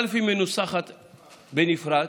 א., היא מנוסחת בנפרד.